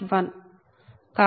1 కాబట్టి 0